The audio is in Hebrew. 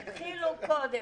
בבקשה.